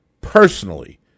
personally